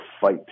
fight